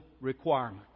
requirement